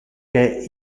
que